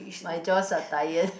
my jaws are tired